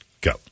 go